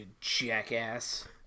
Jackass